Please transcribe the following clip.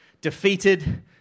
defeated